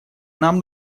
нам